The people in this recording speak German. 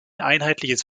einheitliches